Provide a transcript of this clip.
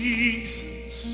Jesus